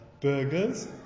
burgers